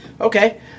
Okay